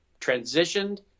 transitioned